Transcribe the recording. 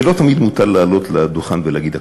ולא תמיד מותר לעלות לדוכן ולהגיד הכול.